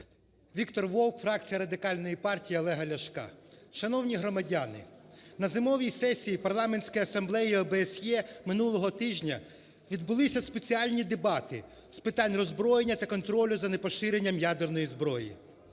Віктор Вовк, фракція Радикальної партії Олега Ляшка. Шановні громадяни, на зимовій сесії Парламентська асамблея ОБСЄ минулого тижня відбулися спеціальні дебати з питань роззброєння та контролю за непоширенням ядерної зброї.